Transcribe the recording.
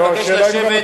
אני מבקש לשבת.